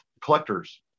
collectors